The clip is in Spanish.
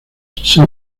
ser